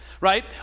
right